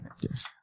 Yes